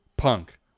Punk